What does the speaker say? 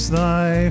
thy